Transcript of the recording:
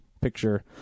picture